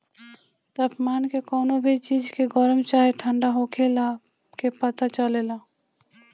तापमान के कवनो भी चीज के गरम चाहे ठण्डा होखला के पता चलेला